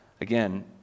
again